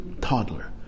toddler